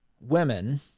women